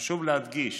חשוב להדגיש: